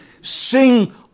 Sing